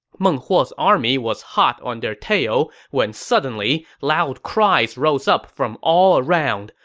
meng huo's army was hot on their tail when suddenly, loud cries rose up from all around.